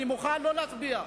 אני מוכן לא להצביע.